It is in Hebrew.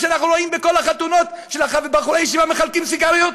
כשאנחנו רואים שבכל החתונות של בחורי ישיבה מחלקים סיגריות?